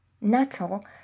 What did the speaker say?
Natal